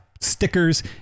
stickers